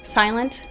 silent